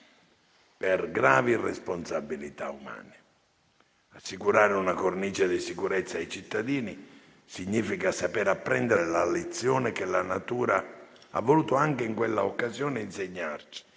per gravi responsabilità umane. Assicurare una cornice di sicurezza ai cittadini significa saper apprendere la lezione che la natura ha voluto anche in quella occasione insegnarci.